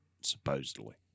supposedly